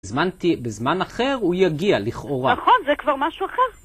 הזמנתי, בזמן אחר הוא יגיע לכאורה. נכון, זה כבר משהו אחר.